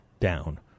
Down